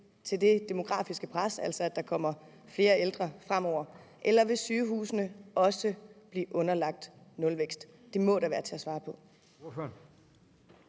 til det demografiske pres, altså at der kommer flere ældre fremover, eller vil sygehusene også blive underlagt nulvækst? Det må da være til at svare på.